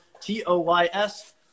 T-O-Y-S